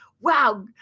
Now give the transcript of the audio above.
Wow